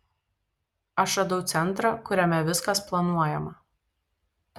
aš radau centrą kuriame viskas planuojama